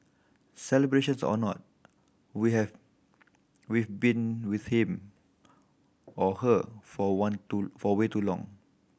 celebrations or not we have we've been with him or her for one to for way too long